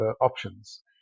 options